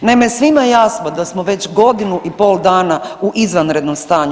Naime, svima je jasno da smo već godinu i pol dana u izvanrednom stanju.